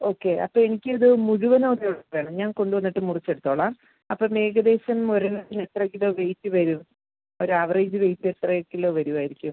okay അപ്പോൾ എനിക്കിത് മുഴുവനും വേ വേണം ഞാൻ കൊണ്ട് വന്നിട്ട് മുറിച്ചെടുത്തോളാം അപ്പം ഏകദേശം ഒരു എത്ര കിലോ വെയിറ്റ് വരും ഒരു ആവറേജ് വെയിറ്റ് എത്ര കിലോ വരുമായിരിക്കും